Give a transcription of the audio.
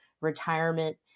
retirement